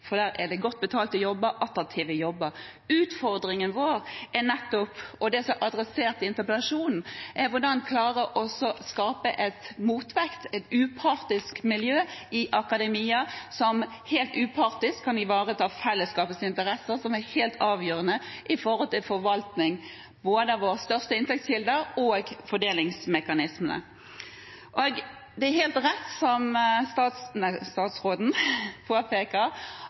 attraktive jobber. Utfordringen vår, og det som er adressert i interpellasjonen, er nettopp hvordan klare å skape en motvekt, et miljø i akademia som helt upartisk kan ivareta felleskapets interesser, som er helt avgjørende for forvaltningen av både våre største inntektskilder og fordelingsmekanismene. Det er helt rett som